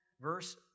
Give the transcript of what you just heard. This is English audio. Verse